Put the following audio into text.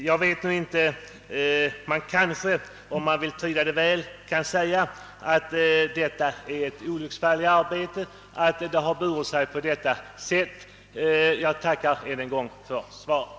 Om man är välvillig, kanske det kan sägas att vad som skett närmast är att betrakta som ett olycksfall i arbetet. Jag tackar ännu en gång försvarsministern för svaret.